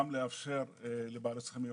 גם לבעלי צרכים מיוחדים.